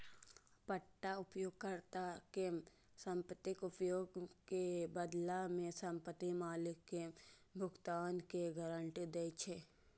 पट्टा उपयोगकर्ता कें संपत्तिक उपयोग के बदला मे संपत्ति मालिक कें भुगतान के गारंटी दै छै